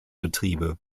betriebe